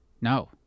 No